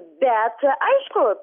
bet aišku